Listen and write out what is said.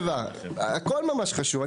הכל ממש חשוב.